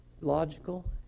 logical